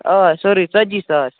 آ سورُے ژَتجی ساس